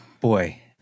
Boy